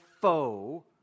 foe